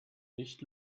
nicht